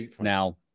Now